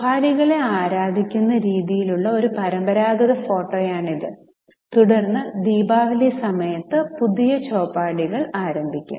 ചോപദികളെ ആരാധിക്കുന്ന രീതിയിലുള്ള ഒരു പരമ്പരാഗത ഫോട്ടോയാണിത് തുടർന്ന് ദീപാവലി സമയത്ത് പുതിയ ചോപാഡികൾ ആരംഭിക്കും